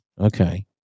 okay